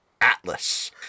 Atlas